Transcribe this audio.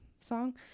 song